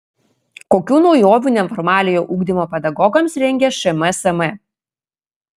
kokių naujovių neformaliojo ugdymo pedagogams rengia šmsm